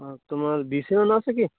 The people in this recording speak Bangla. আর তোমার আছে কি